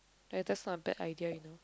eh that's not a bad idea you know